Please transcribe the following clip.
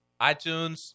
iTunes